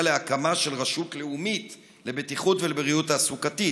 להקמת רשות לאומית לבטיחות ולבריאות תעסוקתית?